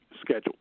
Schedule